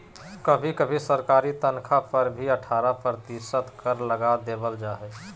कभी कभी सरकारी तन्ख्वाह पर भी अट्ठारह प्रतिशत कर लगा देबल जा हइ